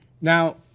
Now